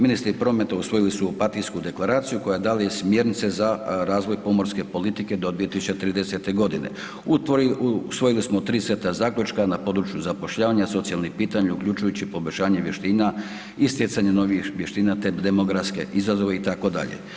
Ministri prometa usvojili su Opatijsku deklaraciju koja daje smjernice za razvoj pomorske politike do 2030.g. Usvojili smo 3 seta zaključka na području zapošljavanja i socijalnih pitanja, uključujući i poboljšanje vještina i stjecanje novih vještina, te demografske izazove itd.